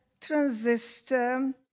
transistor